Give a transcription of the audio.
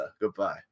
Goodbye